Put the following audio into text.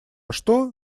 что